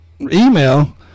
email